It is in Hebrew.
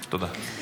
תודה.